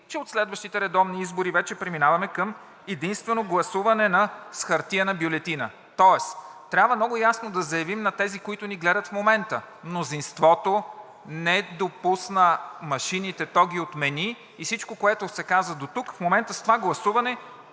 че от следващите редовни избори вече преминаваме към единствено гласуване с хартиена бюлетина. Тоест трябва много ясно да заявим на тези, които ни гледат в момента. Мнозинството не допусна машините, то ги отмени и всичко, което се каза дотук, с това гласуване